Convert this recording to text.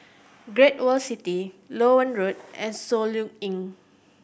Great World City Loewen Road and Soluxe Inn